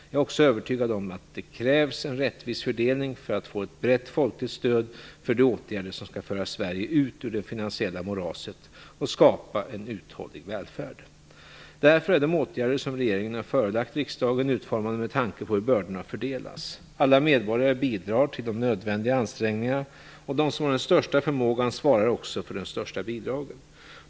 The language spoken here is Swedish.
Jag är också övertygad om att det krävs en rättvis fördelning för att få ett brett folkligt stöd för de åtgärder som skall föra Sverige ut ur det finansiella moraset och skapa en uthållig välfärd. Därför är de åtgärder som regeringen har förelagt riksdagen utformade med tanke på hur bördorna fördelas. Alla medborgare bidrar till de nödvändiga ansträngningarna, och de som har den största förmågan svarar också för de största bidragen.